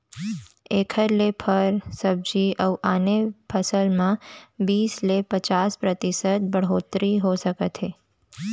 एखर ले फर, सब्जी अउ आने फसल म बीस ले पचास परतिसत बड़होत्तरी हो सकथे